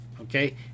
Okay